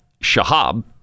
Shahab